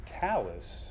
callous